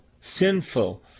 sinful